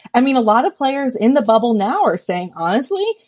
i mean, a lot of players in the bubble now are saying, honestly,